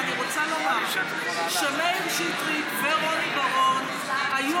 ואני רוצה לומר שמאיר שטרית ורוני בר-און היו